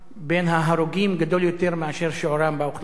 בין ההרוגים גדול יותר מאשר שיעורם באוכלוסייה: